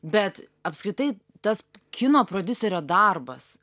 bet apskritai tas kino prodiuserio darbas